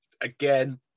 Again